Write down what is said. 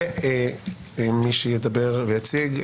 ומי שידבר ויציג,